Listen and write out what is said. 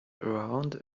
around